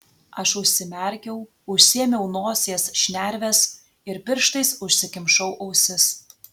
aš užsimerkiau užsiėmiau nosies šnerves ir pirštais užsikimšau ausis